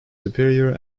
superior